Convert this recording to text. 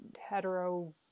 hetero